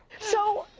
so,